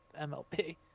MLP